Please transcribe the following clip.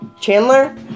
Chandler